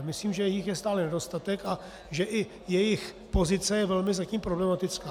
Myslím, že jich je stále nedostatek a že i jejich pozice je velmi zatím problematická.